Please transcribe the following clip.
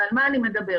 על מה אני מדברת?